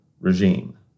regime